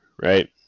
Right